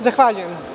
Zahvaljujem.